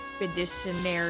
Expeditionary